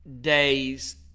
days